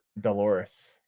Dolores